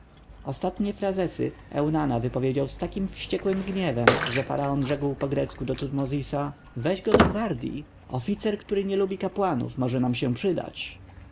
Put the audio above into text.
ostatnie frazesy eunana wypowiedział z takim wściekłym gniewem że faraon rzekł po grecku do tutmozisa weź go do gwardji oficer który nie lubi kapłanów może nam się przydać